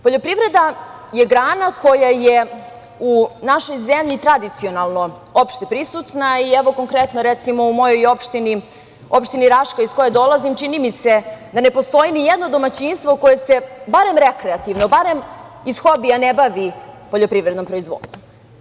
Poljoprivreda je grana koja je u našoj zemlji tradicionalno opšte prisutna i evo konkretno recimo u mojoj opštini, opštini Raškoj iz koje dolazim, čini mi se da ne postoji nijedno domaćinstvo koje se barem rekreativno, barem ih hobija ne bavi poljoprivrednom proizvodnjom.